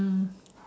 mm